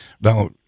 Now